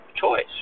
choice